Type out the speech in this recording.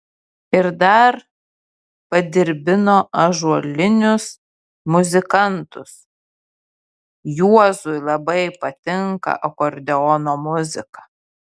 ir dar padirbino ąžuolinius muzikantus juozui labai patinka akordeono muzika